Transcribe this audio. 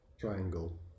triangle